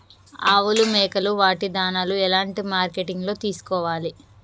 ఆవులు మేకలు వాటి దాణాలు ఎలాంటి మార్కెటింగ్ లో తీసుకోవాలి?